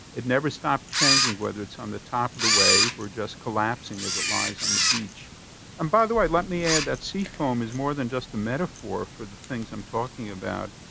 it never stops changing, whether it's on the top of the wave or just collapsing as it lies on the beach and by the way, let me add that sea foam is more than just a metaphor for the things i'm talking about.